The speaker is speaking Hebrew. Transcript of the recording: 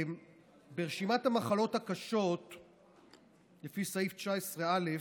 ברשימת המחלות הקשות לפי סעיף 19(א)